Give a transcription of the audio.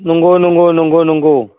नंगौ नंगौ नंगौ नंगौ